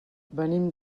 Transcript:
venim